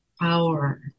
power